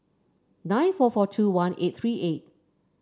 nine four four two one eight three eight